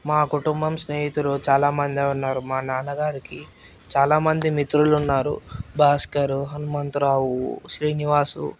మా కుటుంబం స్నేహితులు చాలామందే ఉన్నారు మా నాన్నగారికి చాలామంది మిత్రులు ఉన్నారు భాస్కర్ హనుమంతరావు శ్రీనివాసు